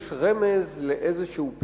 יש רמז לאיזשהו פתרון,